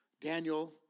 Daniel